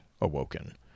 Awoken